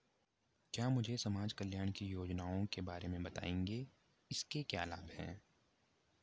क्या मुझे समाज कल्याण की योजनाओं के बारे में बताएँगे इसके क्या लाभ हैं?